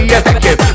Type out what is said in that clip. effective